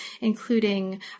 including